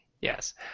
Yes